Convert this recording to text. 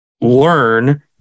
learn